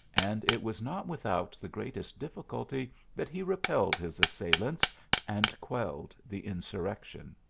and it was not without the greatest difficulty that he re pelled his assailants and quelled the insurrection.